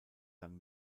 dann